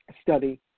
study